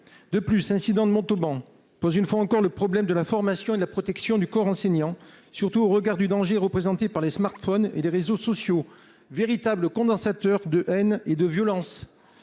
clair. L'incident de Montauban soulève une fois encore le problème de la formation et de la protection du corps enseignant, surtout au regard du danger représenté par les smartphones et les réseaux sociaux, véritables condensateurs de haine et de violence.